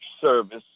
service